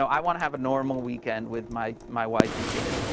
i wanna have a normal weekend with my my wife and kid,